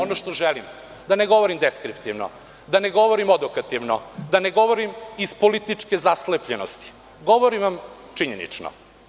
Ono što želim, da ne govorim deskriptivno, da ne govorim odokativno, da ne govorim iz političke zaslepljenosti, govorim vam činjenično.